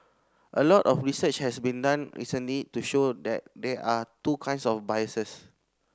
a lot of research has been done recently to show that there are two kinds of biases